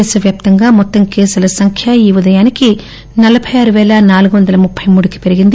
దేశవ్యాప్తంగా మొత్తం కేసుల సంఖ్య ఈ ఉదయానికి నలబై ఆరుపేల నాలుగు వందల ముప్పి మూడుకి పెరిగింది